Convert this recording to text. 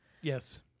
Yes